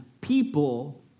people